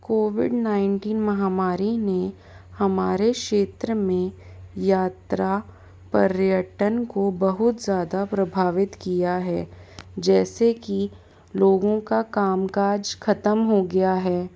Covid nineteen महामारी ने हमारे क्षेत्र में यात्रा पर्यटन को बहुत ज़्यादा प्रभावित किया है जैसे की लोगों का कामकाज खत्म हो गाया है